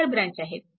चार ब्रँच आहेत